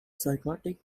psychotic